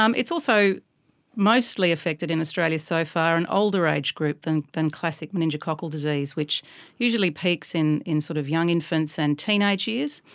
um it's also mostly affected in australia so far an older age group than than classic meningococcal disease, which usually peaks in in sort of young infants and teenage years.